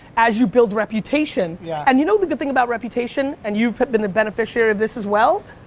as you build reputation yeah and you know the good thing about reputation and you've been the beneficiary of this as well.